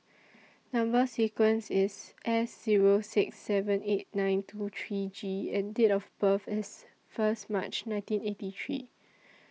Number sequence IS S Zero six seven eight nine two three G and Date of birth IS First March nineteen eighty three